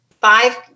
five